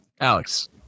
Alex